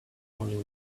only